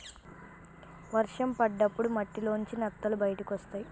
వర్షం పడ్డప్పుడు మట్టిలోంచి నత్తలు బయటకొస్తయ్